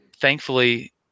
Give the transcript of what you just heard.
thankfully